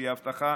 שהיא הבטחה